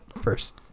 first